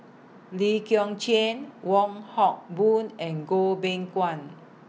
Lee Kong Chian Wong Hock Boon and Goh Beng Kwan